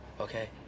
okay